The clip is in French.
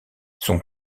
son